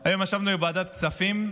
כספים,